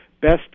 best